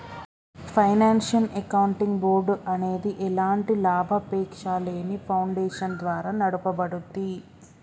financial accounting board అనేది ఎలాంటి లాభాపేక్షలేని ఫౌండేషన్ ద్వారా నడపబడుద్ది